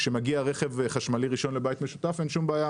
כשמגיע רכב חשמלי ראשון לבית משותף אין שום בעיה,